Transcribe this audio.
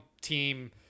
team